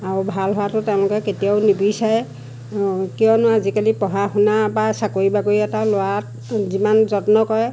আৰু ভাল হোৱাটো তেওঁলোকে কেতিয়াও নিবিচাৰে কিয়নো আজিকালি পঢ়া শুনা বা চাকৰি বাকৰি এটা লোৱাত যিমান যত্ন কৰে